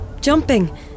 jumping